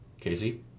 Casey